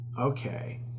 okay